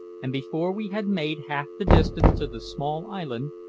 and before we had made half the distance to the small island,